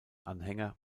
anhänger